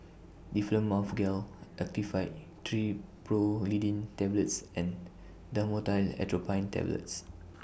Difflam Mouth Gel Actifed Triprolidine Tablets and Dhamotil Atropine Tablets